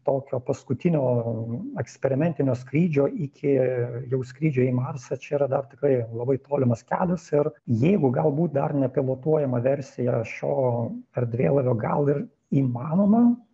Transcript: tokio paskutinio eksperimentinio skrydžio iki jau skrydžio į marsą čia yra dar tikrai labai tolimas kelias ir jeigu galbūt dar nepilotuojamą versiją šio erdvėlaivio gal ir įmanoma